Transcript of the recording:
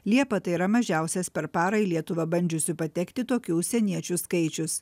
liepą tai yra mažiausias per parą į lietuvą bandžiusių patekti tokių užsieniečių skaičius